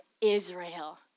Israel